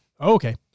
Okay